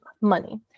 money